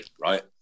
right